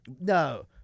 No